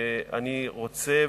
אני רוצה,